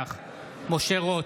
משה רוט,